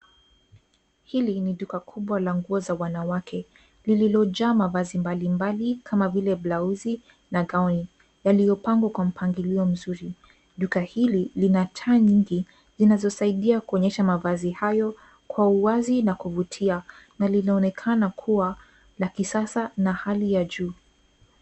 Hili ni duka kubwa la duka za wanawake; lililojaa mavazi mbalimbali kama vile blauzi na gauni, yaliyopangwa kwa mpangilio mzuri. Duka hili lina taa nyingi zinazosaidia kuonyesha mavazi hayo kwa uwazi na kuvutia na linaonekana kuwa la kisasa na hali ya juu.